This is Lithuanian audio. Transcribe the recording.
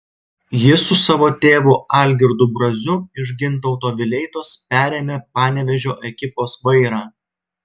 jis su savo tėvu algirdu braziu iš gintauto vileitos perėmė panevėžio ekipos vairą